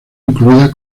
incluida